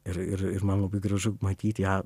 ir ir ir man labai gražu matyt ją